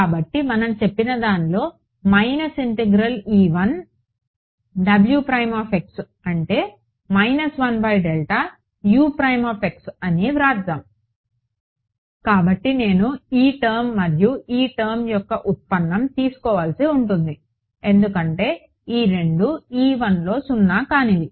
కాబట్టి మనం చెప్పినదానిలో మైనస్ ఇంటిగ్రల్ అంటే అని వ్రాస్దాం కాబట్టి నేను ఈ టర్మ్ మరియు ఈ టర్మ్ యొక్క ఉత్పన్నం తీసుకోవలసి ఉంటుంది ఎందుకంటే ఈ రెండూ లో సున్నా కానివి